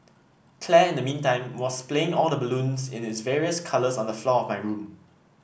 Claire in the meantime was splaying all the balloons in its various colours on the floor of my room